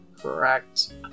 Correct